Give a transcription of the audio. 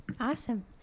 Awesome